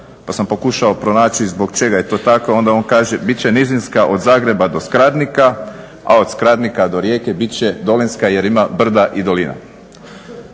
pa sam pokušao pronaći zbog čega je to tako. Onda on kaže bit će nizinska od Zagreba do Skradnika, a od Skradnika do Rijeke bit će dolinska jer ima brda i dolina.